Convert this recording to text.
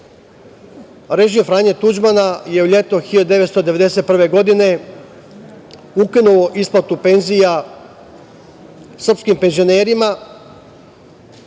režim Franje Tuđmana je u leto 1991. godine ukinuo isplatu penzija srpskim penzionerima